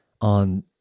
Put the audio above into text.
on